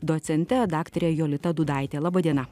docente daktare jolita dudaite laba diena